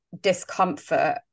discomfort